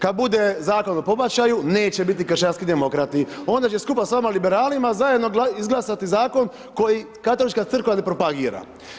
Kad bude Zakon o pobačaju, neće biti kršćanski demokrati, onda će skupa s vama liberalima zajedno izglasati zakon koji Katolička crkva ne propagira.